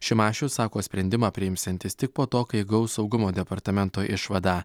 šimašius sako sprendimą priimsiantis tik po to kai gaus saugumo departamento išvadą